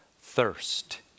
thirst